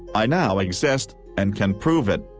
i now exist and can prove it.